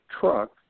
truck